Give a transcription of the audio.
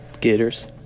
Gators